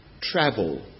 travel